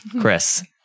Chris